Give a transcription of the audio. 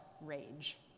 rage